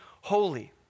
holy